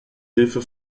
hilfe